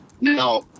now